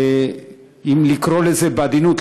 אם לקרוא לזה בעדינות,